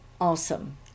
awesome